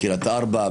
קריית ארבע,